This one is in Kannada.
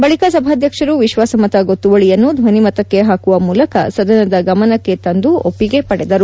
ಬಳಿಕ ಸಭಾಧ್ಯಕ್ಷರು ವಿಶ್ವಾಸಮತ ಗೊತ್ತುವಳಿಯನ್ನು ಧ್ವನಿಮತಕ್ಕೆ ಹಾಕುವ ಮೂಲಕ ಸದನದ ಗಮನಕ್ಕೆ ತಂದು ಒಪ್ಪಿಗೆ ಪಡೆದರು